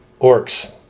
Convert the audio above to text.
Orcs